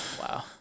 Wow